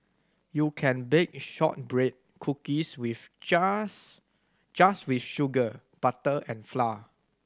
you can bake shortbread cookies with just just with sugar butter and flour